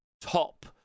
top